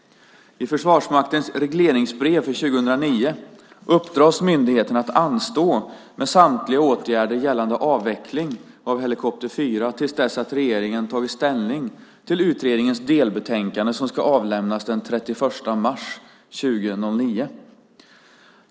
I Försvarsmaktens regleringsbrev för 2009 uppdras myndigheten att anstå med samtliga åtgärder gällande avvecklingen av helikopter 4 till dess att regeringen tagit ställning till utredningens delbetänkande som ska avlämnas den 31 mars 2009.